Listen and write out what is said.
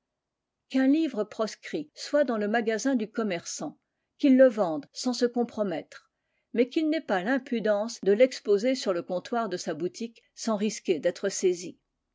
qu'un livre proscrit soit dans le magasin du commerçant qu'il le vende sans se compromettre mais qu'il n'ait pas l'impudence de l'exposer sur le comptoir de sa boutique sans risquer d'être saisi